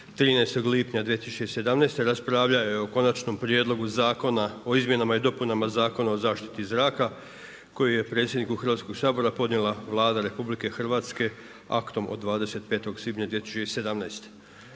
13. lipnja 2017. raspravljao je o konačnom prijedloga Zakona o izmjenama i dopunama Zakona o zaštiti zraka, koju je predsjedniku Hrvatskog sabora, podnijela Vlada Republike Hrvatske, aktom od 25. svibnja 2017.